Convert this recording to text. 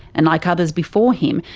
and like others before him,